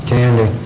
Candy